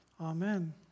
Amen